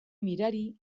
mirari